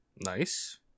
nice